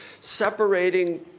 separating